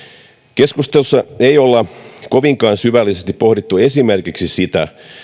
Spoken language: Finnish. keskustelussa ei olla kovinkaan syvällisesti pohdittu esimerkiksi sitä